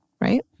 right